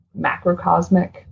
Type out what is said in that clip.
macrocosmic